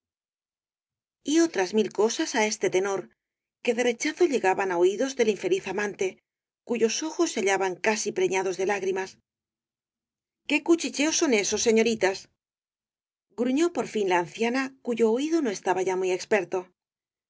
y otras mil cosas á este tenor que de rechazo llegaban á oídos del infeliz amante cuyos ojos se hallaban casi preñados de lágrimas qué cuchicheos son esos señoritas gruñó por fin la anciana cuyo oído no estaba ya muy experto